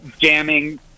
jamming